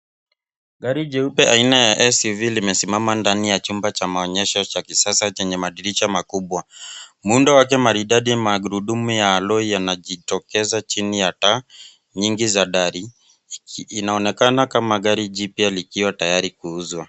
Gari jeupe aina ya SUV limesimama ndani ya chumba cha maonyesho cha kisasa chenye madirisha makubwa. Muundo wake maridadi, magurudumu ya aloi yanajitokeza chini ya taa nyingi za dari. Inaonekana kama gari jipya likiwa tayari kuuzwa.